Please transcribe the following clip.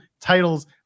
Titles